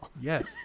Yes